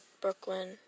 Brooklyn